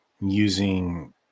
using